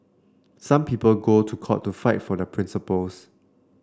some people go to court to fight for their principles